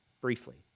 briefly